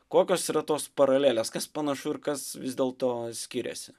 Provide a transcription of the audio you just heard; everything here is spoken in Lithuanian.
kokios yra tos paralelės kas panašu ir kas vis dėlto skiriasi